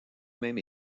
même